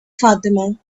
fatima